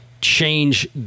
change